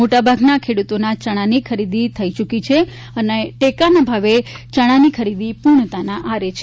મોટાભાગના ખેડૂતોના ચણાની ખરીદી થઈ ચૂકી છે અને ટેકાના ભાવે ચણાની ખરીદી પૂર્ણતાના આરે છે